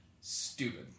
stupid